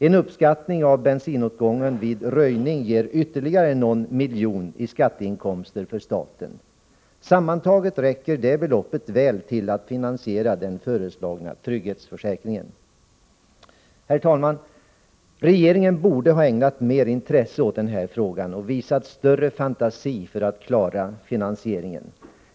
En uppskattning av bensinåtgången vid röjning ger ytterligare någon miljon i skatteinkomster för staten. Sammantaget räcker beloppet väl till att finansiera den föreslagna trygghetsförsäkringen. Herr talman! Regeringen borde ha ägnat mer intresse åt den här frågan och visat större fantasi för att klara finansieringen.